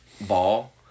ball